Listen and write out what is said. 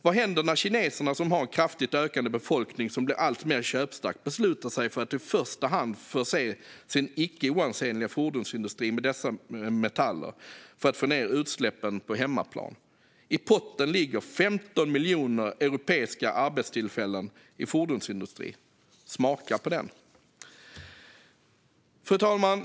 Vad händer när kineserna, som har en kraftigt ökande befolkning som blir alltmer köpstark, beslutar sig för att i första hand förse sin icke oansenliga fordonsindustri med dessa metaller för att få ned utsläppen på hemmaplan? I potten ligger 15 miljoner europeiska arbetstillfällen i fordonsindustrin. Smaka på den! Fru talman!